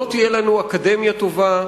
לא תהיה לנו אקדמיה טובה,